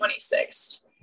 26th